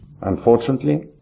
Unfortunately